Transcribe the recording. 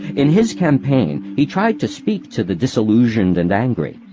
in his campaign, he tried to speak to the disillusioned and angry.